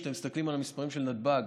כשאתם מסתכלים על המספרים של נתב"ג,